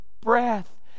breath